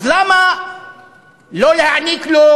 אז למה לא להעניק לו,